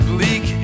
Bleak